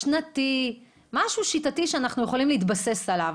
שנתי - משהו שיטתי שאנחנו יכולים להתבסס עליו.